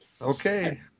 Okay